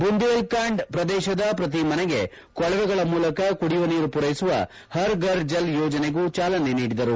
ಬುಂದೇಲ್ಖಂಡ್ ಪ್ರದೇಶದ ಪ್ರತಿ ಮನೆಗೆ ಕೊಳವೆಗಳ ಮೂಲಕ ಕುಡಿಯುವ ನೀರು ಪೂರ್ವೆಸುವ ಹರ್ಘರ್ಜಲ್ ಯೋಜನೆಗೂ ಚಾಲನೆ ನೀಡಿದರು